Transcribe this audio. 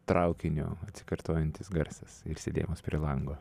traukinio atsikartojantis garsas ir sėdėjimas prie lango